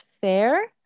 fair